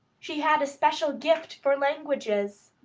she had a special gift for languages